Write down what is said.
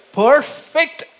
perfect